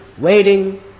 waiting